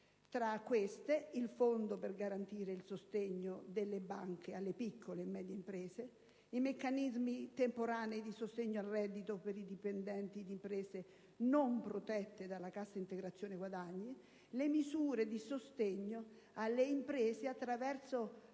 tra queste, il Fondo per garantire il sostegno delle banche alle piccole e medie imprese; i meccanismi temporanei di sostegno al reddito per i dipendenti di imprese non protette dalla cassa integrazione guadagni; le misure di sostegno alle imprese attraverso